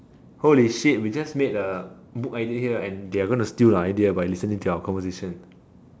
holy shit we just made a book idea here and they're going to steal our idea by listening to our conversation